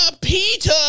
Peter